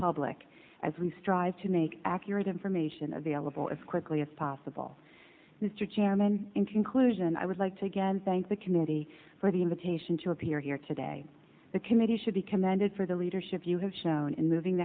public as we strive to make accurate information available as quickly as possible mr chairman in conclusion i would like to again thank the committee for the invitation to appear here today the committee should be commended for the leadership you have shown in living